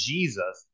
Jesus